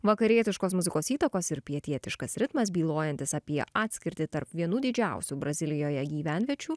vakarietiškos muzikos įtakos ir pietietiškas ritmas bylojantis apie atskirtį tarp vienų didžiausių brazilijoje gyvenviečių